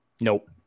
Nope